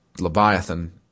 Leviathan